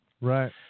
Right